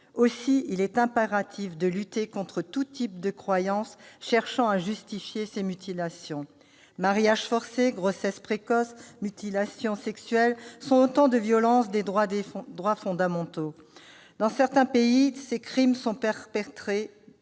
Aussi est-il impératif de lutter contre tout type de croyance cherchant à justifier ces mutilations. Mariages forcés, grossesses précoces, mutilations sexuelles sont autant de violations des droits fondamentaux. Dans certains pays, ces crimes sont perpétrés